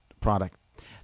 product